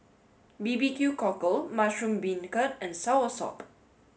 B B Q Cockle Mushroom Beancurd and Soursop